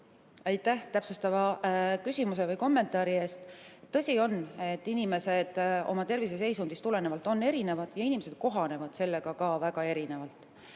Aitäh täpsustava küsimuse või kommentaari eest! Tõsi on, et inimesed on oma terviseseisundist tulenevalt erinevad ja inimesed kohanevad ka väga erinevalt.